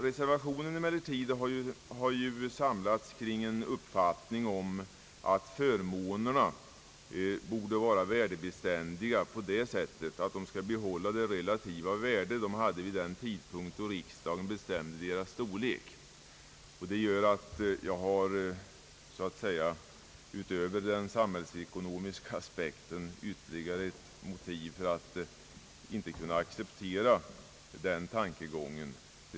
Reservanterna har samlats kring en uppfattning om att förmånerna borde vara värdebeständiga på det sättet, att de skall behålla det relativa värde de hade vid den tidpunkt då riksdagen bestämde deras storlek. Utöver den samhällsekonomiska aspekten har jag därför ytterligare ett motiv för att inte kunna acceptera den tankegången.